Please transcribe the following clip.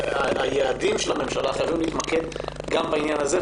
היעדים של הממשלה חייבים להתמקד גם בעניין הזה.